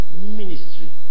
ministry